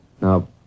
Now